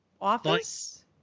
office